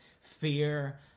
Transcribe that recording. fear